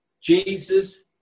Jesus